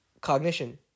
cognition